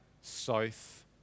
south